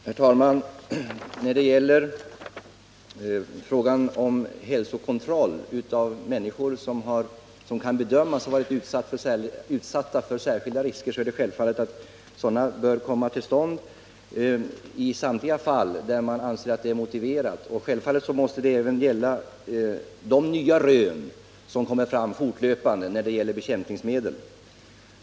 Herr talman! Det är självklart att hälsokontroll bland människor som kan bedömas ha varit utsatta för särskilda risker bör komma till stånd i samtliga fall där man anser det motiverat. Självfallet måste detta även gälla de nya rön beträffande bekämpningsmedel som kommer fram fortlöpande.